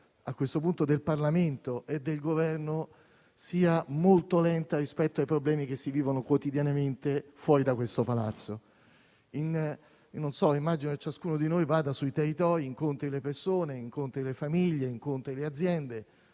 la risposta del Parlamento e del Governo sia molto lenta rispetto ai problemi che si vivono quotidianamente fuori da questo Palazzo. Immagino che ciascuno di noi vada sui territori e incontri le persone, le famiglie e le aziende.